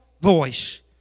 voice